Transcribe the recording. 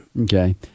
Okay